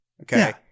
Okay